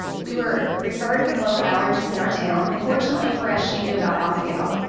we were referred to the local allergist in our town and fortunately for us she knew about alpha-gal.